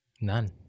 None